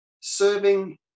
serving